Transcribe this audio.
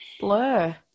blur